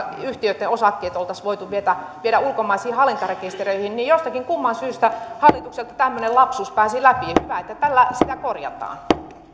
yhtiöitten osakkeet oltaisiin voitu viedä viedä ulkomaisiin hallintarekistereihin niin jostakin kumman syystä hallitukselta tämmöinen lapsus pääsi läpi hyvä että tällä sitä korjataan